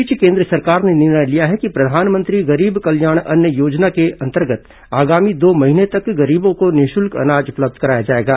इस बीच केन्द्र सरकार ने निर्णय लिया है कि प्रधानमंत्री गरीब कल्याण अन्न योजना के अंतर्गत आगामी दो महीने तक गरीबों को निःशुल्क अनाज उपलब्ध कराया जाएगा